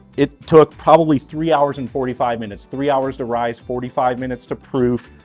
it took probably three hours and forty five minutes. three hours to rise, forty five minutes to proof.